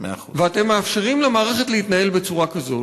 ואתם מאפשרים למערכת להתנהל בצורה כזו,